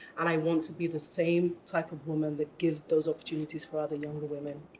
and i want to be the same type of woman that gives those opportunities for other younger women.